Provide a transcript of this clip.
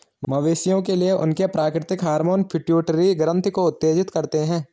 मवेशियों के लिए, उनके प्राकृतिक हार्मोन पिट्यूटरी ग्रंथि को उत्तेजित करते हैं